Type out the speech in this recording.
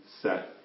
set